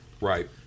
Right